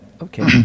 Okay